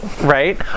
Right